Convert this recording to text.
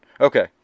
Okay